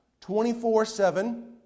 24-7